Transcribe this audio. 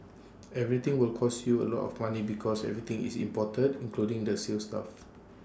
everything will cost you A lot of money because everything is imported including the sales staff